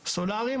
סולאריים,